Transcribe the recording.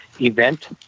event